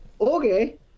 Okay